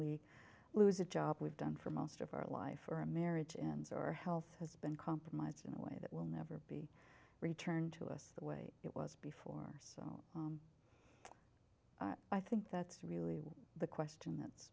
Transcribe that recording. we lose a job we've done for most of our life for a marriage ins or health has been compromised in a way that will never be returned to us the way it was before so i think that's really the question that's